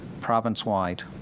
province-wide